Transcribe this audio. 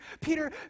Peter